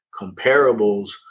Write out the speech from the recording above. comparables